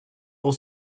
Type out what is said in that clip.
pour